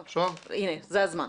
הנה, זה הזמן.